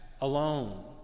alone